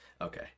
okay